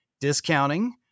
Discounting